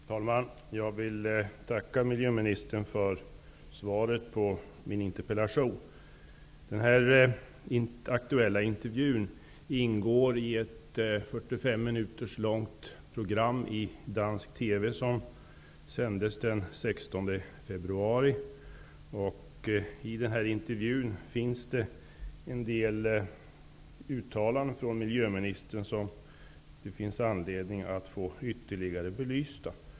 Fru talman! Jag vill tacka miljöministern för svaret på min interpellation. Den här aktuella intervjun ingår i ett 45 minuter långt program som sändes den 16 februari i dansk TV. I intervjun finns det en del uttalanden av miljöministern som det finns anledning att få ytterligare belysta.